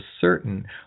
certain